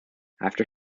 after